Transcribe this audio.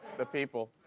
the people.